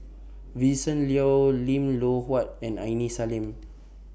Vincent Leow Lim Loh Huat and Aini Salim